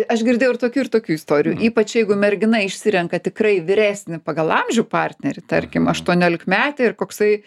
aš girdėjau ir tokių ir tokių istorijų ypač jeigu mergina išsirenka tikrai vyresnį pagal amžių partnerį tarkim aštuoniolikmetė ir koksai